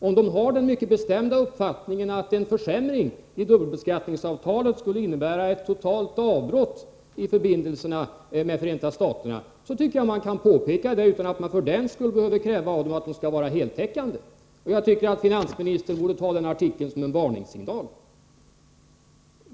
Om de har den mycket bestämda uppfattningen att en försämring i dubbelbeskattningsavtalet skulle innebära ett totalt avbrott i förbindelserna med Förenta staterna, borde man kunna påpeka detta utan att för den skull behöva kräva att de skall vara heltäckande i sin rapport. Jag tycker att finansministern borde ta den artikeln som en varningssignal.